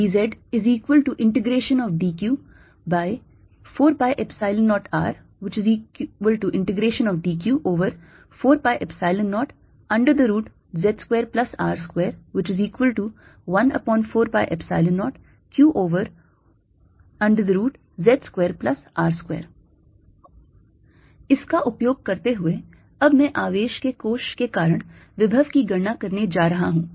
Vzdq4π0rdq4π0z2R214π0Qz2R2 इसका उपयोग करते हुए अब मैं आवेश के कोश के कारण विभव की गणना करने जा रहा हूं